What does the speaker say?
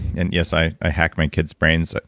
and yes i i hack my kid's brains,